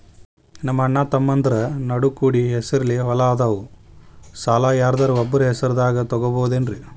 ನಮ್ಮಅಣ್ಣತಮ್ಮಂದ್ರ ನಡು ಕೂಡಿ ಹೆಸರಲೆ ಹೊಲಾ ಅದಾವು, ಸಾಲ ಯಾರ್ದರ ಒಬ್ಬರ ಹೆಸರದಾಗ ತಗೋಬೋದೇನ್ರಿ?